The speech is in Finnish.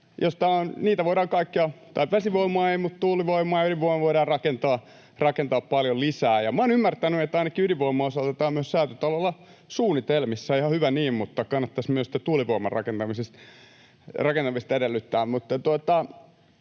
niitä voidaan kaikkea — vesivoimaa ei, mutta tuulivoimaa ja ydinvoimaa — rakentaa paljon lisää. Ja minä olen ymmärtänyt, että ainakin ydinvoiman osalta tämä on myös Säätytalolla suunnitelmissa. Ihan hyvä niin, mutta kannattasi myös sitä tuulivoiman rakentamista edellyttää.